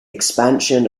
expansion